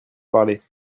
parler